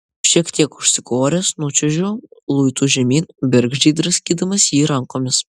šiek tiek užsikoręs nučiuožiau luitu žemyn bergždžiai draskydamas jį rankomis